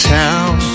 town